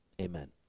Amen